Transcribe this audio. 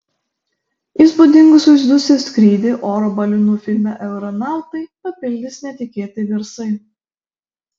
įspūdingus vaizdus ir skrydį oro balionu filme aeronautai papildys netikėti garsai